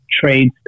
trade